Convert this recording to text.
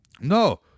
no